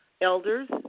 elders